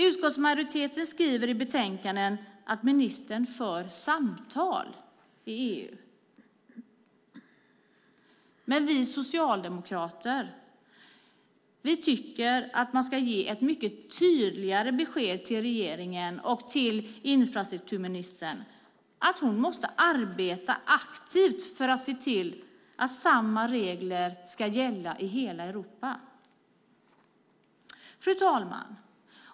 Utskottsmajoriteten skriver i betänkandet att ministern för samtal med EU. Men vi socialdemokrater tycker att man ska ge ett mycket tydligare besked till regeringen och till infrastrukturministern att hon måste arbeta aktivt för att se till att samma regler ska gälla i hela Europa. Fru talman!